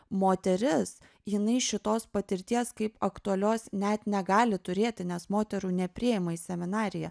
moteris jinai šitos patirties kaip aktualios net negali turėti nes moterų nepriima į seminariją